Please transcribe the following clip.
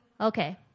Okay